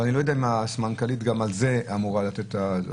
ואני לא יודע אם הסמנכ"לית גם על זה אמורה לתת תשובה.